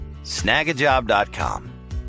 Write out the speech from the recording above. Snagajob.com